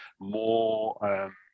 more